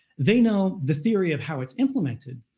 they know the theory of how it's implemented,